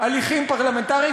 זה לא מטריד אותך.